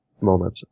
moment